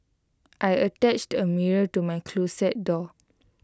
I attached A mirror to my closet door